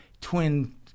twin